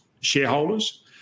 shareholders